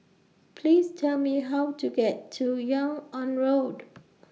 Please Tell Me How to get to Yung An Road